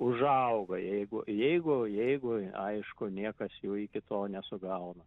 užauga jeigu jeigu jeigu aišku niekas jų iki to nesugauna